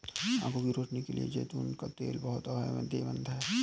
आंखों की रोशनी के लिए जैतून का तेल बहुत फायदेमंद होता है